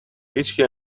هیچکی